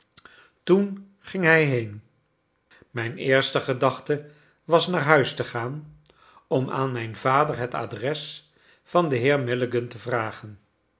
toen ging hij heen mijne eerste gedachte was naar huis te gaan om aan mijn vader het adres van den heer milligan te vragen